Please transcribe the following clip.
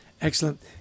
Excellent